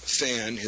fan